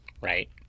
right